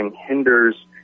hinders